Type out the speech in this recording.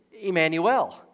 Emmanuel